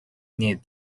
need